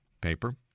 paper